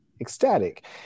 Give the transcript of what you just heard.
ecstatic